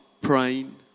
praying